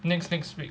next next week